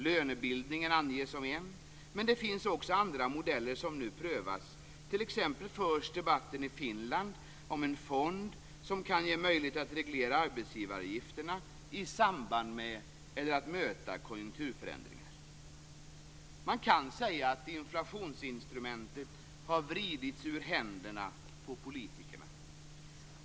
Lönebildningen anges som en metod, men det finns också andra modeller som nu prövas. I Finland t.ex. förs en debatt om en fond som ger möjlighet att reglera arbetsgivaravgifterna i samband med eller för att möta konjunkturförändringar. Man kan säga att inflationsinstrumentet har vridits ur händerna på politikerna.